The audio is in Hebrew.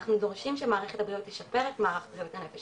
אנחנו דורשים שמערכת הבריאות תשפר את מערך בריאות הנפש